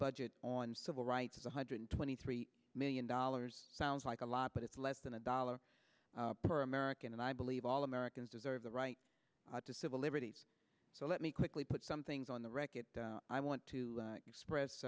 budget on civil rights of one hundred twenty three million dollars sounds like a lot but it's less than a dollar per american and i believe all americans deserve the right to civil liberties so let me quickly put some things on the record i want to express